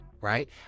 right